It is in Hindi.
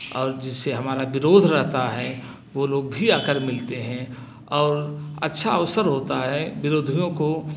और जिससे हमारा विरोध रहता है वो लोग भी आ कर मिलते हैं और अच्छा अवसर होता है विरोधियों को